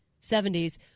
70s